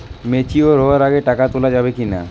Mature হওয়ার আগে টাকা তোলা যাবে কিনা?